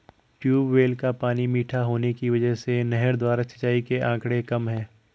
tubewell का पानी मीठा होने की वजह से नहर द्वारा सिंचाई के आंकड़े कम है